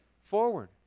forward